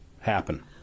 happen